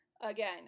again